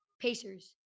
Pacers